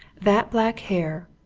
that black hair,